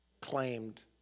claimed